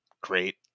great